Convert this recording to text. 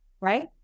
right